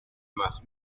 más